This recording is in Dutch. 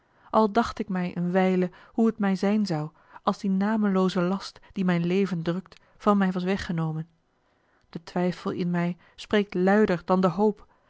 al dacht ik mij eene wijle hoe het mij zijn zou als die namelooze last die mijn leven drukt van mij was weggenomen de twijfel in mij spreekt luider dan de hoop